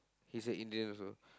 he's a Indian also